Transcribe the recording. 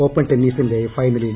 open ടെന്നീസിന്റെ ഫൈനലിൽ